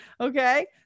okay